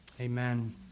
Amen